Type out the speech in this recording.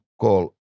call